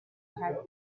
had